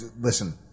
listen